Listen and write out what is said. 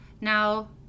Now